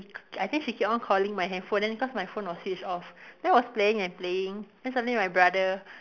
I think she keep on calling my handphone then cause my phone was switched off then I was playing and playing then suddenly my brother